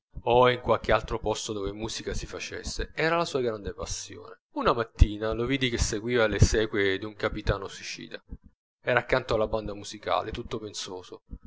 o in qualche altro posto dove musica si facesse era la sua grande passione una mattina lo vidi che seguiva le esequie di un capitano suicida era accanto alla banda musicale tutto pensoso